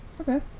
okay